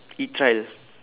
e-trial